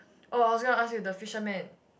oh I was gonna ask you the fisherman